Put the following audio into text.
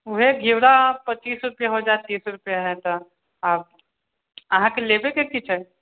ओएह घेबड़ा पच्चीस रुपे हो जाय तीस रुपे होय तऽ आ अहाँके लेबे के की सब